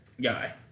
guy